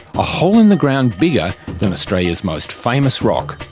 a hole in the ground bigger than australia's most famous rock,